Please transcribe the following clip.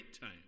time